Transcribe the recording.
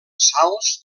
salts